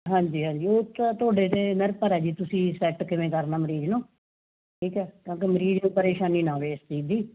ਹਾਂਜੀ ਹਾਂਜੀ ਉਹ ਤਾਂ ਤੁਹਾਡੇ 'ਤੇ ਨਿਰਭਰ ਆ ਜੀ ਤੁਸੀਂ ਸੈਟ ਕਿਵੇਂ ਕਰਨਾ ਮਰੀਜ਼ ਨੂੰ ਠੀਕ ਆ ਕਿਉਂਕਿ ਮਰੀਜ਼ ਨੂੰ ਪਰੇਸ਼ਾਨੀ ਨਾ ਹੋਵੇ ਇਸ ਚੀਜ਼ ਦੀ